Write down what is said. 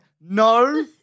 No